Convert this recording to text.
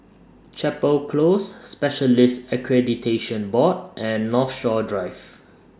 Chapel Close Specialists Accreditation Board and Northshore Drive